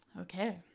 Okay